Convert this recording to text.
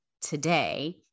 today